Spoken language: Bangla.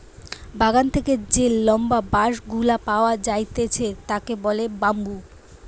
বাগান থেকে যে লম্বা বাঁশ গুলা পাওয়া যাইতেছে তাকে বলে বাম্বু